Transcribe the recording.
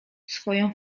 swoją